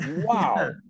Wow